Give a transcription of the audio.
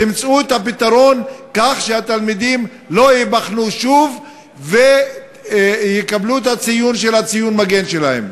תמצאו את הפתרון כך שהתלמידים לא ייבחנו שוב ויקבלו את ציון המגן שלהם.